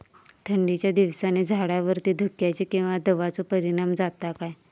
थंडीच्या दिवसानी झाडावरती धुक्याचे किंवा दवाचो परिणाम जाता काय?